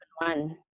one